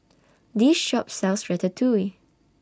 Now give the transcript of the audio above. This Shop sells Ratatouille